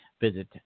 visit